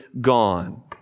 gone